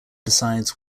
decides